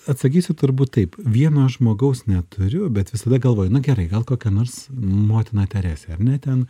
atsakysiu turbūt taip vieno žmogaus neturiu bet visada galvoju nu gerai gal kokią nors motina teresė ar ne ten